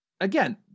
again